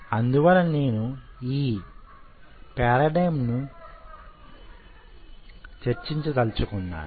అందువలన నేను యీ పేరడైంను చర్చించదలుచుకున్నాను